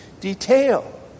detail